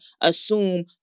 assume